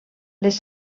les